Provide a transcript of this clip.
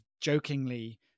jokingly